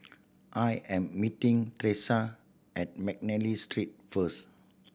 I am meeting Teressa at McNally Street first